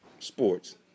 sports